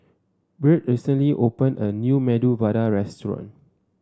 Byrd recently open a new Medu Vada Restaurant